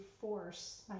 force